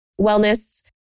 wellness